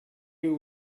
you